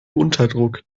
unterdruck